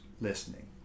listening